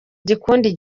igikundi